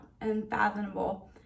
unfathomable